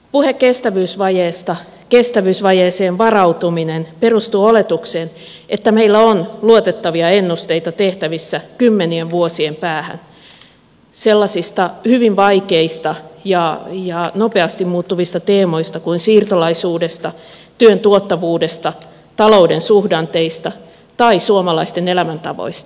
puhe kestävyysvajeesta kestävyysvajeeseen varautuminen perustuu oletukseen että meillä on luotettavia ennusteita tehtävissä kymmenien vuosien päähän sellaisista hyvin vaikeista ja nopeasti muuttuvista teemoista kuin siirtolaisuudesta työn tuottavuudesta talouden suhdanteista tai suomalaisten elämäntavoista